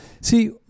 See